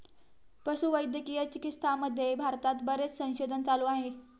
पशुवैद्यकीय चिकित्सामध्ये भारतात बरेच संशोधन चालू आहे